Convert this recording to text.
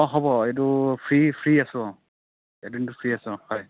অঁ হ'ব এইটো ফ্ৰী ফ্ৰী আছোঁ অঁ এই দিনটোত ফ্ৰী আছোঁ অঁ হয়